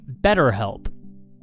BetterHelp